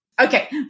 Okay